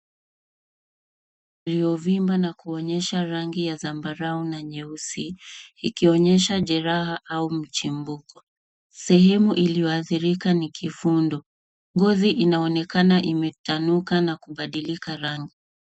Iliyo vimba na kuonyesha rangi ya zambarau na nyeusi, ikionyesha jeraha au mchimbuko. Sehemu iliyo adhrika ni kifundo. Ngozi inaonekana imetanuka na kubadilika rangi.